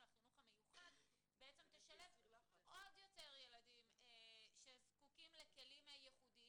החינוך המיוחד בעצם תשלב עוד יותר ילדים שזקוקים לכלים ייחודיים,